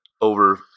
over